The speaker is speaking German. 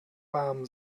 warm